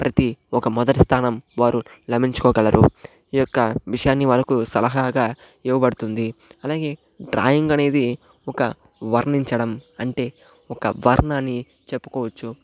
ప్రతి ఒక్క మొదటి స్థానం వారు లభించుకోగలరు ఈ యొక్క విషయాన్ని వాళ్ళకు సలహాగా ఇవ్వబడుతుంది అలాగే డ్రాయింగ్ అనేది ఒక వర్ణించడం అంటే ఒక వర్ణని చెప్పుకోవచ్చు